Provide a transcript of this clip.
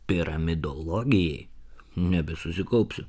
piramidologijai nebesusikaupsiu